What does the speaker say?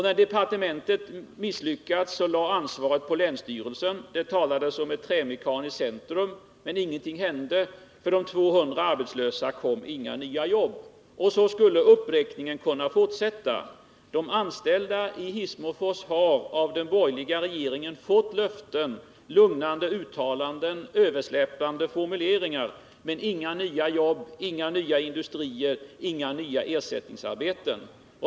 När departementet misslyckats lades ansvaret på länsstyrelsen. Det talades om ett trämekaniskt centrum, men ingenting hände. För de 200 arbetslösa kom inga nya jobb. Så skulle uppräkningen kunna fortsätta. De anställda i Hissmofors har av den borgerliga regeringen fått löften, lugnande uttalanden, överslätande formuleringar, men inga nya jobb, inga nya industrier, inga nya ersättningsarbeten.